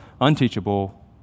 unteachable